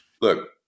Look